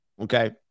Okay